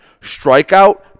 strikeout